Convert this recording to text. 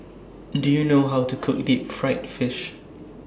Do YOU know How to Cook Deep Fried Fish